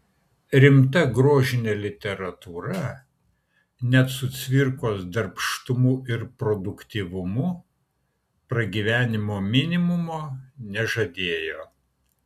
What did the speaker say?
rimta grožinė literatūra net su cvirkos darbštumu ir produktyvumu pragyvenimo minimumo nežadėjo